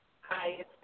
hi